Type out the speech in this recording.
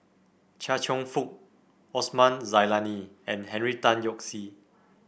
Chia Cheong Fook Osman Zailani and Henry Tan Yoke See